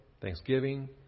thanksgiving